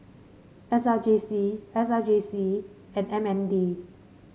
S R J C S R J C and M N D